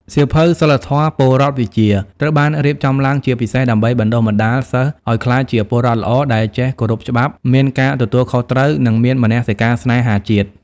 សៀវភៅ សីលធម៌-ពលរដ្ឋវិជ្ជា ត្រូវបានរៀបចំឡើងជាពិសេសដើម្បីបណ្ដុះបណ្ដាលសិស្សឱ្យក្លាយជាពលរដ្ឋល្អដែលចេះគោរពច្បាប់ មានការទទួលខុសត្រូវ និងមានមនសិការស្នេហាជាតិ។